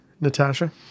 Natasha